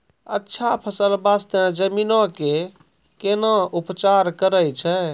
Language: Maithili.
अच्छा फसल बास्ते जमीन कऽ कै ना उपचार करैय छै